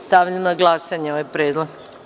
Stavljam na glasanje ovaj predlog.